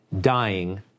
dying